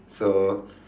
so